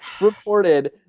reported